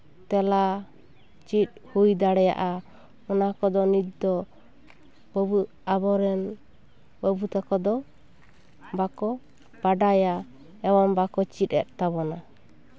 ᱛᱮᱞᱟ ᱪᱮᱫ ᱦᱩᱭ ᱫᱟᱲᱮᱭᱟᱜᱼᱟ ᱚᱱᱟ ᱠᱚᱫᱚ ᱱᱤᱛ ᱫᱚ ᱟᱵᱚᱨᱮᱱ ᱵᱟᱹᱵᱩ ᱛᱟᱠᱚ ᱫᱚ ᱵᱟᱠᱚ ᱵᱟᱰᱟᱭᱟ ᱮᱵᱚᱝ ᱵᱟᱠᱚ ᱪᱮᱫ ᱮᱫ ᱛᱟᱵᱚᱱᱟ